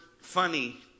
funny